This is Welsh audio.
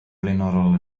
flaenorol